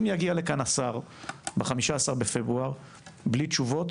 אם יגיע לכאן השר ב-15 בפברואר בלי תשובות,